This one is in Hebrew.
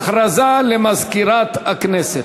הודעה למזכירת הכנסת.